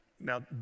now